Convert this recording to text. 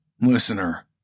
Listener